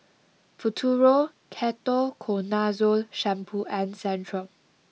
Futuro Ketoconazole shampoo and Centrum